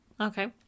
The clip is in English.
Okay